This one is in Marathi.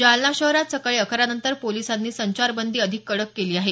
जालना शहरात सकाळी अकरानंतर पोलिसांनी संचारबंदी अधिक कडक केली आहे